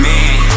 Man